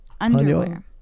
Underwear